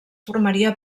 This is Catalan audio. formaria